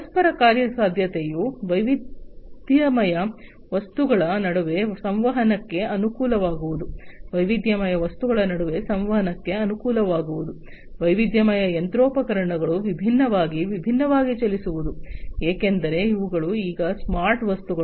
ಪರಸ್ಪರ ಕಾರ್ಯಸಾಧ್ಯತೆಯು ವೈವಿಧ್ಯಮಯ ವಸ್ತುಗಳ ನಡುವೆ ಸಂವಹನಕ್ಕೆ ಅನುಕೂಲವಾಗುವುದು ವೈವಿಧ್ಯಮಯ ವಸ್ತುಗಳ ನಡುವೆ ಸಂವಹನಕ್ಕೆ ಅನುಕೂಲವಾಗುವುದು ವೈವಿಧ್ಯಮಯ ಯಂತ್ರೋಪಕರಣಗಳು ವಿಭಿನ್ನವಾಗಿ ವಿಭಿನ್ನವಾಗಿ ಚಲಿಸುವುದು ಏಕೆಂದರೆ ಇವುಗಳು ಈಗ ಸ್ಮಾರ್ಟ್ ವಸ್ತುಗಳು